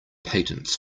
patents